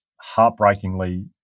heartbreakingly